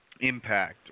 impact